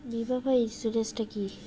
বিমা বা ইন্সুরেন্স টা কি?